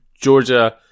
Georgia